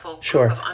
sure